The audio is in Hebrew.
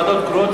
ועדות קרואות,